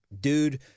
Dude